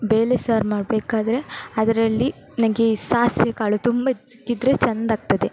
ಬೇಳೆ ಸಾರು ಮಾಡಬೇಕಾದ್ರೆ ಅದರಲ್ಲಿ ನನಗೆ ಈ ಸಾಸಿವೆಕಾಳು ತುಂಬ ಸಿಕ್ಕಿದರೆ ಚೆಂದಾಗ್ತದೆ